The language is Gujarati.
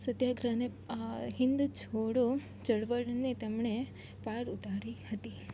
સત્યાગ્રહને હિન્દ છોડો ચળવળને તેમણે પાર ઉતારી હતી